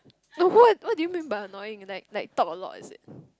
no what what do you mean by annoying like like talk a lot is it